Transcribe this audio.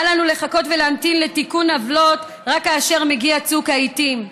אל לנו לחכות ולהמתין לתיקון עוולות רק בצוק העיתים,